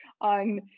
on